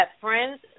friends